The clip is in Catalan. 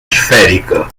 esfèrica